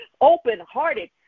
open-hearted